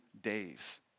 days